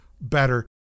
better